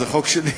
זה חוק שלי.